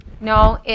No